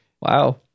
Wow